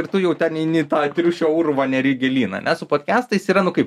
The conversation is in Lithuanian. ir tu jau ten eini į tą triušio urvą neri gilyn su podkestais yra nu kaip